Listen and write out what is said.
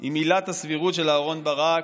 עם עילת הסבירות של אהרן ברק.